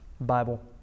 bible